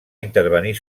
intervenir